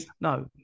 No